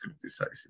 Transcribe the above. criticizing